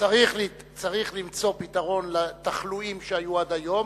צריך למצוא פתרון לתחלואים שהיו עד היום